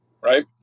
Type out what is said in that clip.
Right